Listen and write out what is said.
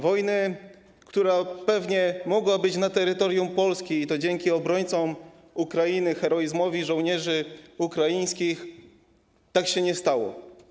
Wojny, która pewnie mogła być na terytorium Polski, i to dzięki obrońcom Ukrainy, heroizmowi żołnierzy ukraińskich tak się nie stało.